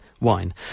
wine